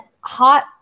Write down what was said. hot